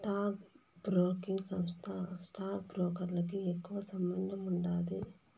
stock broking సంస్థతో stock బ్రోకర్లకి ఎక్కువ సంబందముండాది